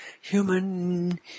human